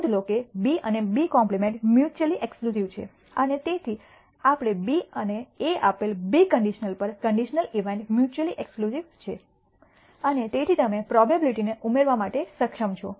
નોંધ લો કે B અને B કોમ્પલિમેન્ટ મ્યૂચૂઅલી એક્સક્લૂસિવ છે અને તેથી આપેલ B અને A આપેલ B કન્ડિશનલ પર કન્ડિશનલ ઇવેન્ટ મ્યૂચૂઅલી એક્સક્લૂસિવ છે અને તેથી તમે પ્રોબેબીલીટીને ઉમેરવા માટે સક્ષમ છો